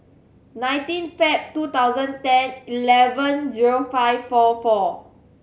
nineteen Feb two thousand ten eleven zero five four four